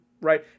right